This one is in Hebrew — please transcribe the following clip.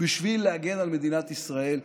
בשביל להגן על מדינת ישראל,